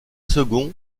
seconds